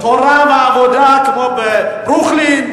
תורה ועבודה כמו בברוקלין,